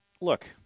look